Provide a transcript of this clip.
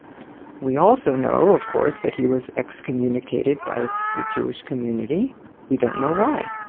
we also know, of course, that he was excommunicated by the jewish community we don't know why.